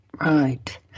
Right